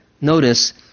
notice